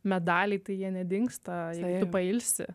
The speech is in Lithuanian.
medaliai tai jie nedingsta jei tu pailsi